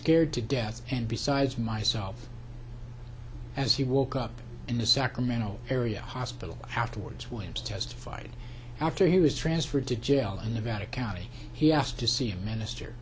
scared to death and besides myself as he woke up in the sacramento area hospital afterwards when he testified after he was transferred to jail and nevada county he asked to see a minister